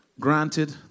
Granted